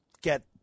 get